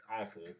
awful